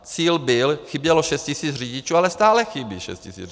Cíl byl, chybělo šest tisíc řidičů, ale stále chybí šest tisíc řidičů.